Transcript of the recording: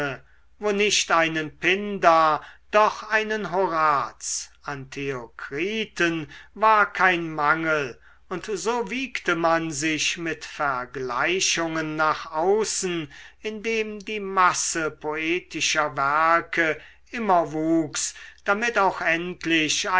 wo nicht einen pindar doch einen horaz an theokriten war kein mangel und so wiegte man sich mit vergleichungen nach außen indem die masse poetischer werke immer wuchs damit auch endlich